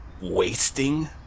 wasting